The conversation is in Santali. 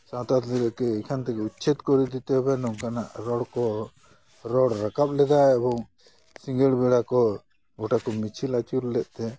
ᱥᱟᱶᱛᱟᱞ ᱫᱮᱨᱠᱮ ᱮᱠᱷᱟᱱ ᱛᱷᱮᱠᱮ ᱩᱪᱽᱪᱷᱮᱫ ᱠᱚᱨᱮ ᱫᱤᱛᱮ ᱦᱚᱵᱮ ᱱᱚᱝᱠᱟᱱᱟᱜ ᱨᱚᱲ ᱠᱚ ᱨᱚᱲ ᱨᱟᱠᱟᱵ ᱞᱮᱫᱟ ᱮᱵᱚᱝ ᱥᱤᱸᱜᱟᱹᱲ ᱵᱮᱲᱟ ᱠᱚ ᱜᱚᱴᱟ ᱠᱚ ᱢᱤᱪᱷᱤᱞ ᱟᱹᱪᱩᱨ ᱞᱮᱫᱛᱮ